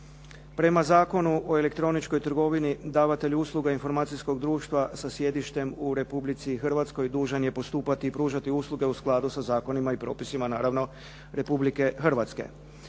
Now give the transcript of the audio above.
Prema Zakonu o elektroničkoj trgovini, davatelj usluga informacijskog društva za sjedištem u Republici Hrvatskoj dužan je postupati i pružati usluge u skladu sa zakonima i propisima, naravno Republike Hrvatske.